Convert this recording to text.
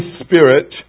spirit